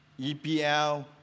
EPL